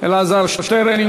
אלעזר שטרן.